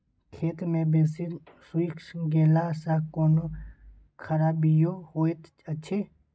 खेत मे बेसी सुइख गेला सॅ कोनो खराबीयो होयत अछि?